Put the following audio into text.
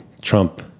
Trump